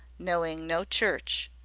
knowing no church.